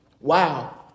Wow